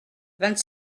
vingt